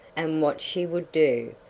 and what she would do,